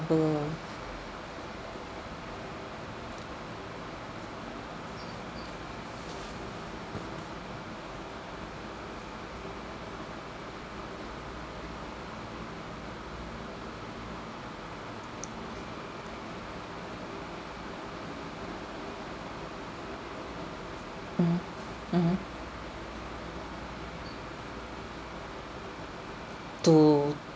number mmhmm mmhmm to